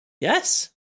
Yes